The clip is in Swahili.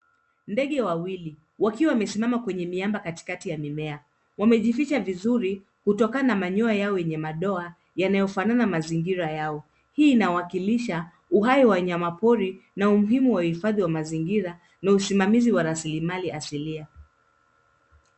Ndege wawili, wakiwa wamesimama kwenye miamba katikati ya mimea. Wamejificha vizuri kutokana na manyoya yao yenye madoa yanayofanana mazingira yao. Hii inawakilisha uhai wa wanyamapori na umuhimu wa uhifadhi wa mazingira na usimamizi wa rasilimali asilia.